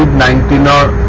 ninety nine